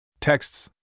TEXTS